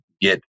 get